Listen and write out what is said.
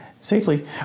safely